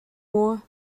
more